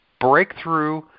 breakthrough